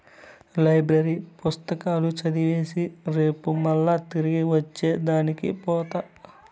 library పుస్తకాలు చదివేసి రేపు మల్లా తిరిగి ఇచ్చే దానికి పోత